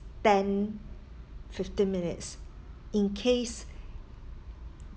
ten fifteen minutes in case